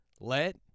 Let